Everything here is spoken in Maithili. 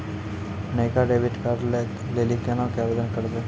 नयका डेबिट कार्डो लै लेली केना के आवेदन करबै?